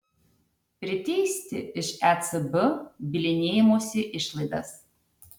priteisti iš ecb bylinėjimosi išlaidas